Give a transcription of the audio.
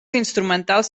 instrumentals